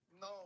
No